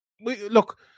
look